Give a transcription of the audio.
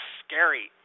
scary